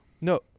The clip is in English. No